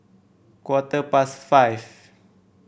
quarter past five